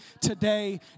today